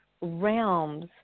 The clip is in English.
realms